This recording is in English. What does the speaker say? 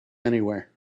anywhere